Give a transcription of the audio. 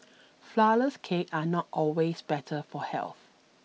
Flourless Cakes are not always better for health